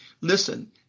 listen